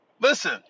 Listen